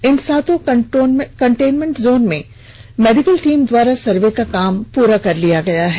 इन सातों micro containment zone में medical team द्वारा सर्वे का काम भी पूरा कर लिया गया है